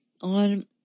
on